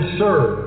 serve